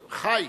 חי.